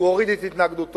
הוא הוריד את התנגדותו,